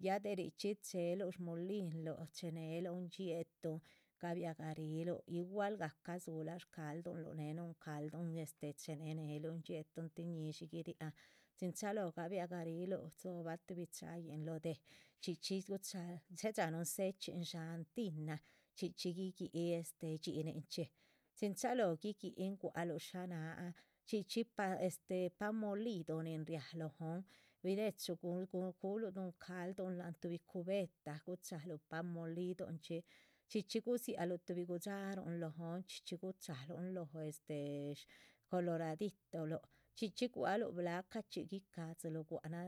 Ya de richxí chéheluh shmulinluh cheneluhn dxiétuhn gabiagariluh igual gahcah dzuhula shcaldun luh néhe núhun calduhn chene neluhn dxiétuhn tin ñishi guiriáhan. chin chalóho gabiah gariluh dzobah tuhbi chayin lóho déh chxí chxí guchal chehe dxá núhun ze´chxin dsháhan tinah chxí chxí guígihi este dxininchxí. chin chalóho guiguihin gua´c luh ta náhan chxí chxí pa este pan molido nin riáha lóhon binechu gu gu gunluh núhun calduhn láhan tuhbi cubetah. guchahaluh pan molidonchxí, chxí chxí gudziluh tuhbi gudxaruhun lóhon chxí chxí guchahalun lóho este shcoloradito luh chxí chxí gualuh blaca chxí guicadziluh.